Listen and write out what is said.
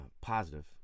positive